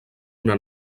una